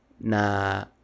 na